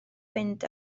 fynd